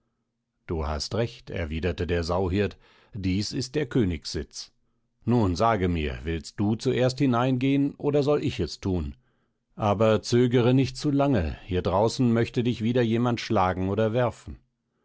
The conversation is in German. du hast recht erwiderte der sauhirt dies ist der königssitz nun sage mir willst du zuerst hineingehen oder soll ich es thun aber zögere nicht zu lange hier draußen möchte dich wieder jemand schlagen oder werfen